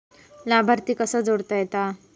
लाभार्थी कसा जोडता येता?